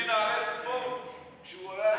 וטל שניידר: "זה הנורמלי החדש.